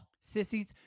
Sissies